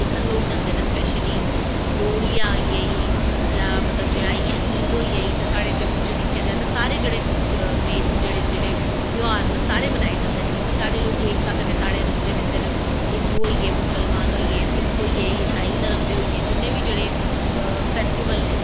दिक्खन लोग जंदे नै स्पैशली लोह्ड़ी आई गेई जां इयां ईद होई गेई ते साढ़े जम्मू च सारे जेह्ड़े जेह्ड़े ध्यार न सारे बनाए जंदे न कि के सारे लोग एकता कन्नैं सारे रौंह्दे न हिन्दू होईयै मुस्लमान होईये सिक्ख होईये इसाई धर्म दे होईये जिन्नें बी जेह्ड़े फैस्टिवल न